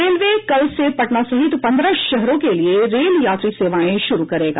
railway कल से पटना सहित पन्द्रह शहरों के लिए रेल यात्री सेवाएं शुरु करेगा